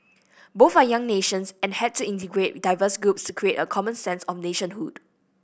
both are young nations and had to integrate diverse groups to create a common sense of nationhood